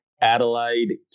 Adelaide